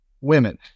women